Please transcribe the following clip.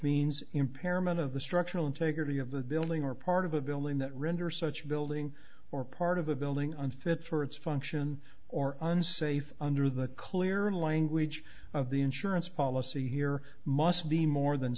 means impairment of the structural integrity of a building or part of a building that render such building or part of a building unfit for its function or unsafe under the clear language of the insurance policy here must be more than